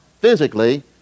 physically